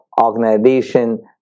Organization